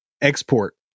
export